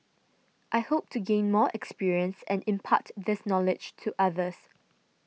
I hope to gain more experience and impart this knowledge to others